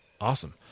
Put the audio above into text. Awesome